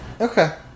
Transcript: Okay